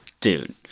dude